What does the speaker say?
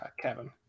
Kevin